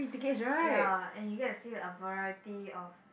ya and you get to see a variety of